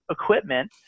equipment